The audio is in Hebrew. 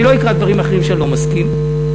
אני לא אקרא דברים אחרים שאני לא מסכים להם.